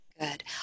Good